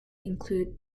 include